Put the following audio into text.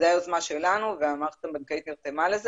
זו הייתה יוזמה שלנו והמערכת הבנקאית נרתמה לזה